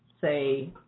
say